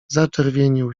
zaczerwienił